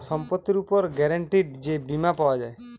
সম্পত্তির উপর গ্যারান্টিড যে বীমা পাওয়া যায়